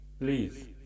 please